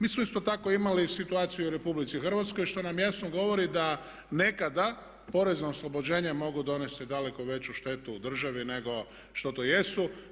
Mi smo isto tako imali situaciju RH što nam jasno govori da nekada porezna oslobođenja mogu donijeti daleko veću štetu državi nego što to jesu.